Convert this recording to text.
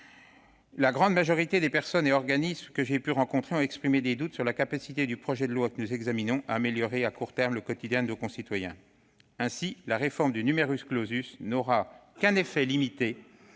la grande majorité des personnes et organismes que j'ai pu rencontrer ont exprimé des doutes sur la capacité du projet de loi que nous examinons à améliorer à court terme le quotidien de nos concitoyens. Ainsi, la réforme du n'aura qu'un effet limité,